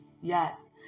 Yes